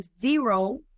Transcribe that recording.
zero